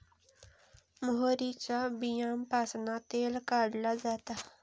मोहरीच्या बीयांपासना तेल काढला जाता